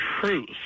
truth